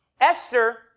Esther